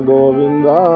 Govinda